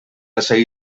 lasai